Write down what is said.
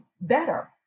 better